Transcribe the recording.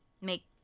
Make